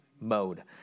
mode